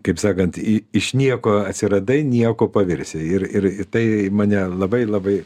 kaip sakant iš nieko atsiradai niekuo pavirsi ir ir tai mane labai labai